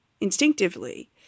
instinctively